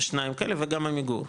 יש שניים כאלה וגם עמיגור.